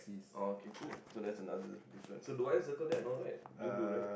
oh okay good so that's another difference so do I circle that no right you do right